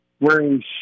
wearing